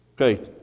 Okay